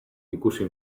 ikusi